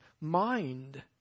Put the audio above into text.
mind